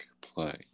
play